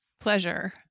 pleasure